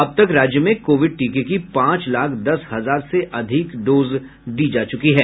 अब तक राज्य में कोविड टीके की पांच लाख दस हजार से अधिक डोज दी जा चुकी है